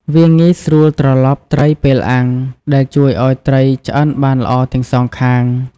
វាងាយស្រួលត្រឡប់ត្រីពេលអាំង ដែលជួយឲ្យត្រីឆ្អិនបានល្អទាំងសងខាង។